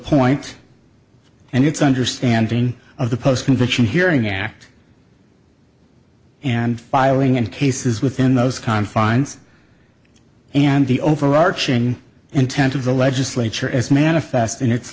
point and its understanding of the post conviction hearing act and filing and cases within those confines and the overarching intent of the legislature as manifest in it